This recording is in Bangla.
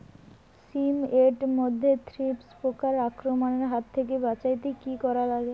শিম এট মধ্যে থ্রিপ্স পোকার আক্রমণের হাত থাকি বাঁচাইতে কি করা লাগে?